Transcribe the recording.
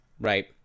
right